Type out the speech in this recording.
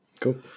Cool